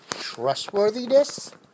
trustworthiness